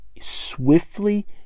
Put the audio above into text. swiftly